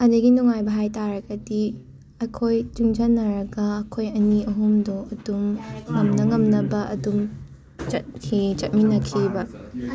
ꯑꯗꯒꯤ ꯅꯨꯡꯉꯥꯏꯕ ꯍꯥꯏ ꯇꯥꯔꯒꯗꯤ ꯑꯩꯈꯣꯏ ꯆꯨꯡꯖꯟꯅꯔꯒ ꯑꯩꯈꯣꯏ ꯑꯅꯤ ꯑꯍꯨꯝꯗꯣ ꯑꯗꯨꯝ ꯉꯝꯅ ꯉꯝꯅꯕ ꯑꯗꯨꯝ ꯆꯠꯈꯤ ꯆꯠꯃꯤꯅꯈꯤꯕ